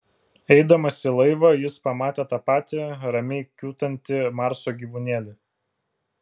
eidamas į laivą jis pamatė tą patį ramiai kiūtantį marso gyvūnėlį